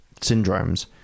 syndromes